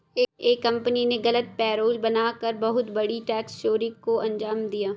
एक कंपनी ने गलत पेरोल बना कर बहुत बड़ी टैक्स चोरी को अंजाम दिया